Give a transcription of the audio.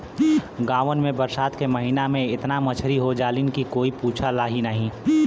गांवन में बरसात के महिना में एतना मछरी हो जालीन की कोई पूछला भी नाहीं